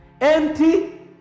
Empty